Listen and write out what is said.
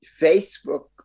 Facebook